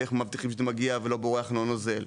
ואיך מבטיחים שמגיע ולא בורח, לא נוזל?